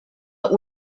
but